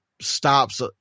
Stops